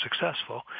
successful